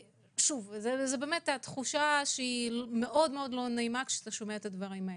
זו תחושה מאוד לא נעימה לשמוע את הדברים האלה.